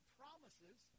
promises